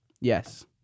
Yes